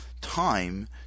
time